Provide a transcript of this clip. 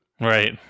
Right